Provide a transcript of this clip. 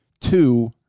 Two